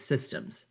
systems